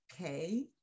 Okay